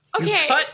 Okay